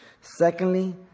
Secondly